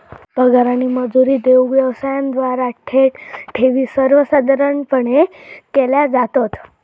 पगार आणि मजुरी देऊक व्यवसायांद्वारा थेट ठेवी सर्वसाधारणपणे केल्या जातत